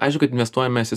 aišku kad investuojam mes į